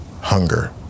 Hunger